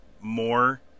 more